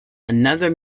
another